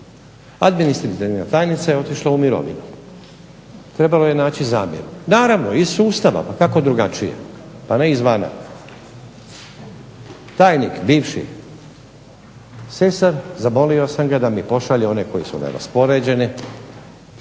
administrativna tajnica je otišla u mirovinu, trebalo je naći zamjenu, naravno iz sustava kako drugačije, ne izvana. Tajnik bivši Sesar zamolio sam ga da mi pošalje one koje su neraspoređene,